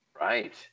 right